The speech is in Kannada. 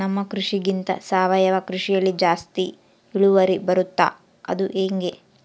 ನಮ್ಮ ಕೃಷಿಗಿಂತ ಸಾವಯವ ಕೃಷಿಯಲ್ಲಿ ಜಾಸ್ತಿ ಇಳುವರಿ ಬರುತ್ತಾ ಅದು ಹೆಂಗೆ?